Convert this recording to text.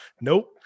nope